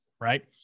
right